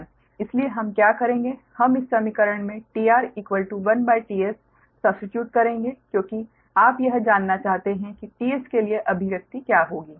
इसलिए हम क्या करेंगे हम इस समीकरण में tR1ts सब्स्टीट्यूट करेंगे क्योंकि आप यह जानना चाहते हैं कि t s के लिए अभिव्यक्ति क्या होगी